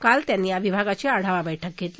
काल त्यांनी या विभागाची आढावा बैठक घेतली